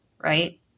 right